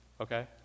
Okay